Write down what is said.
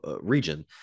region